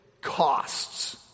costs